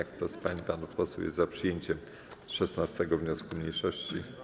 Kto z pań i panów posłów jest za przyjęciem 16. wniosku mniejszości?